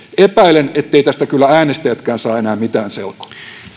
epäilen etteivät tästä kyllä äänestäjätkään saa enää mitään selkoa